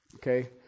Okay